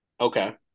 Okay